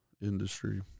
industry